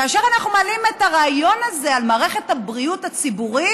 כאשר אנחנו מעלים את הרעיון הזה על מערכת הבריאות הציבורית,